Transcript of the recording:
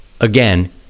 Again